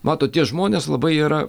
matot tie žmonės labai yra